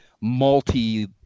multi